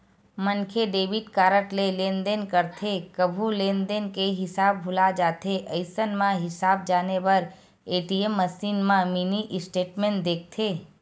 मनखे debit card ले लेनदेन करथे कभू लेनदेन के हिसाब भूला जाथे अइसन म हिसाब जाने बर ए.टी.एम मसीन म मिनी स्टेटमेंट देखथे